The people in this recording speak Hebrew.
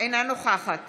אינה נוכחת